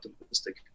optimistic